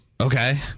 Okay